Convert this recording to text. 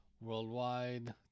Worldwide